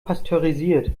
pasteurisiert